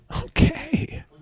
Okay